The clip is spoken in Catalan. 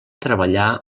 treballar